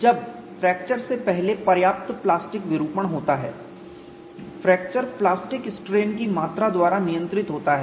जब फ्रैक्चर से पहले पर्याप्त प्लास्टिक विरूपण होता है फ्रैक्चर प्लास्टिक स्ट्रेन की मात्रा द्वारा नियंत्रित होता है